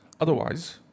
Otherwise